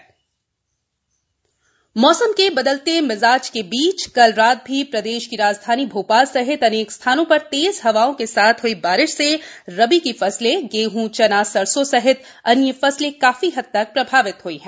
मौसम बारिश मध्यप्रदेश मौसम के बदलते मिजाज के बीच कल रात भी प्रदेश की राजधानी भोपाल सहित अनेक स्थानों पर तेज हवाओं के साथ हयी बारिश से रवी की फसलें गेंह चना सरसो सहित अन्य प्रभावित काफी हद तक प्रभावित हयी है